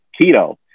keto